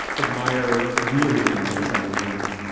admire, really admire sally rooney,